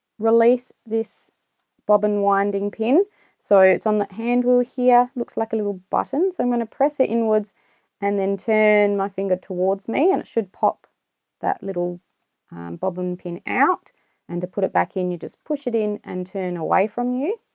release this bobbin winding pin so it's on the hand wheel here looks like a little button so i'm going to press it inwards and then turn my finger towards me and it should pop that little bobbin pin out and to put it back in you just push it in and turn it away from you.